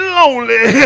lonely